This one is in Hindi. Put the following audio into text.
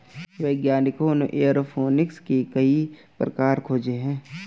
वैज्ञानिकों ने एयरोफोनिक्स के कई प्रकार खोजे हैं